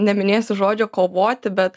neminėsiu žodžio kovoti bet